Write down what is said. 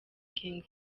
king